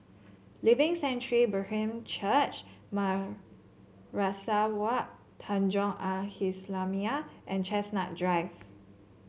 Living Sanctuary Brethren Church Madrasah Wak Tanjong Al Islamiah and Chestnut Drive